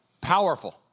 powerful